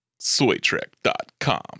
Soytrek.com